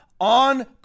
on